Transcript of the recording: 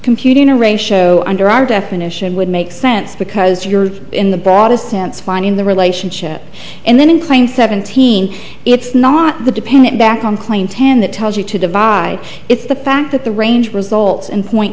computing a ratio under our definition would make sense because you're in the broadest sense finding the relationship and then claim seventeen it's not the dependent back on clean ten that tells you to divide it's the fact that the range results and point